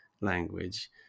language